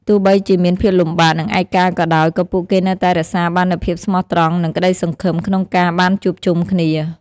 ទោះបីជាមានភាពលំបាក និងឯកាក៏ដោយ ក៏ពួកគេនៅតែរក្សាបាននូវភាពស្មោះត្រង់ និងក្តីសង្ឃឹមក្នុងការបានជួបជុំគ្នា។